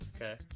Okay